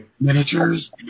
miniatures